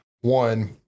one